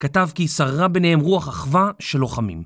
כתב כי שררה ביניהם רוח אחווה של לוחמים.